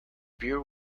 beer